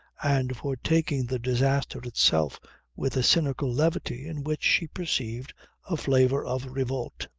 and for taking the disaster itself with a cynical levity in which she perceived a flavour of revolt.